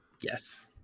yes